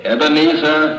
Ebenezer